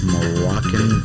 Moroccan